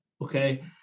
okay